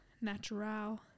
Natural